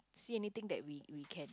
see anything that we we can